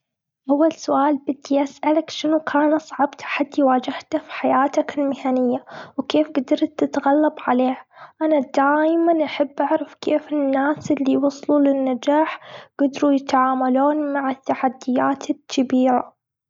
أول سؤال، بدي اسألك شنو كان أصعب تحدي واجهته في حياتك المهنية؟ وكيف قدرت تتغلب عليه؟ أنا دايماً أحب أعرف كيف الناس اللي وصلوا للنجاح، قدروا يتعاملون مع التحديات الكبيرة!